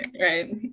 right